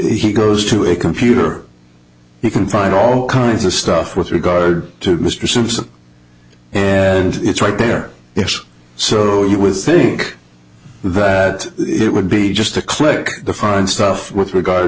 he goes to a computer you can find all kinds of stuff with regard to mr simpson and it's right there yes so you with think that it would be just a click the fun stuff with regard